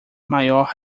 maior